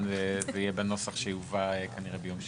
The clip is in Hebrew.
זה יהיה בנוסח שיובא כנראה ביום שני.